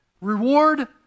reward